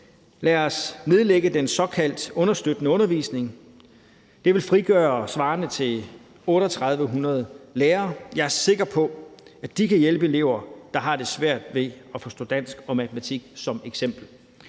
Lad os nedlægge den såkaldt understøttende undervisning. Det vil frigøre det, der svarer til 3.800 lærere. Jeg er sikker på, at de kan hjælpe elever, der har svært ved at forstå dansk og matematik, som eksempel.